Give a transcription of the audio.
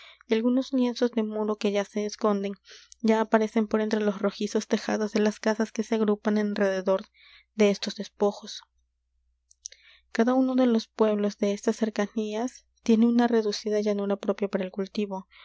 y algunos lienzos de muro que ya se esconden ya aparecen por entre los rojizos tejados de las casas que se agrupan en derredor de estos despojos cada uno de los pueblos de estas cercanías tiene una reducida llanura